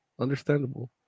understandable